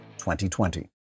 2020